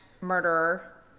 murderer